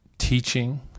teaching